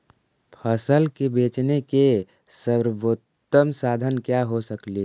फसल के बेचने के सरबोतम साधन क्या हो सकेली?